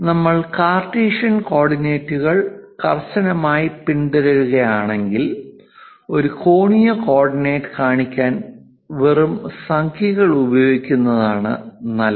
നമ്മൾ കാർട്ടീഷ്യൻ കോർഡിനേറ്റുകൾ കർശനമായി പിന്തുടരുകയാണെങ്കിൽ ഒരു കോണീയ കോർഡിനെറ്റ് കാണിക്കാതെ വെറും സംഖ്യകൾ ഉപയോഗിക്കുന്നതാണ് നല്ലത്